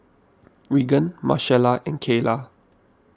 Reagan Marcella and Kaela